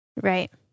Right